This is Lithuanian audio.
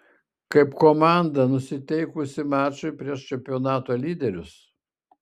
kaip komanda nusiteikusi mačui prieš čempionato lyderius